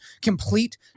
complete